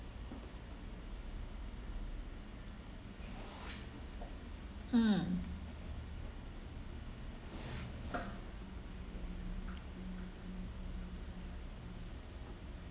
mm